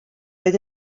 oedd